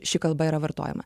ši kalba yra vartojama